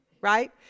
right